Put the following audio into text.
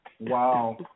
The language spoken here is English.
wow